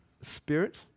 Spirit